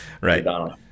right